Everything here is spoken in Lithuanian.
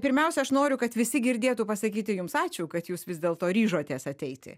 pirmiausia aš noriu kad visi girdėtų pasakyti jums ačiū kad jūs vis dėlto ryžotės ateiti